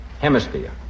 hemisphere